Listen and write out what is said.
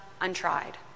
untried